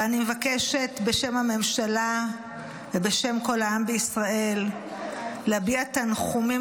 ואני מבקשת בשם הממשלה ובשם כל העם בישראל להביע תנחומים